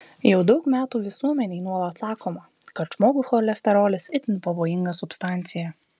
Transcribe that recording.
jau daug metų visuomenei nuolat sakoma kad žmogui cholesterolis itin pavojinga substancija